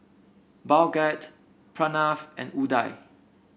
Bhagat Pranav and Udai